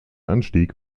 anstieg